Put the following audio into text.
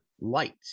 Light